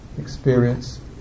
Experience